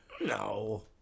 No